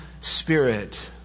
Spirit